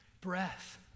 breath